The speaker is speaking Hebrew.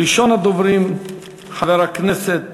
ראשון הדוברים, חבר הכנסת